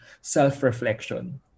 self-reflection